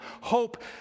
Hope